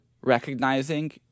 recognizing